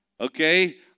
Okay